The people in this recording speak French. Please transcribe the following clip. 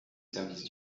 service